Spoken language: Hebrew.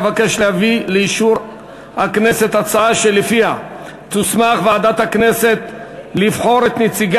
אבקש להביא לאישור הכנסת הצעה שלפיה תוסמך ועדת הכנסת לבחור את נציגי